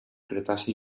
cretaci